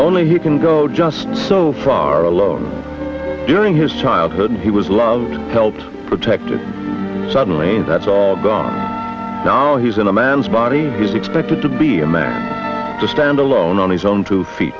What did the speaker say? only he can go just so far alone during his childhood he was loved felt protected suddenly that's all gone now he's in a man's body he's expected to be a man to stand alone on his own two feet